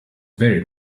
very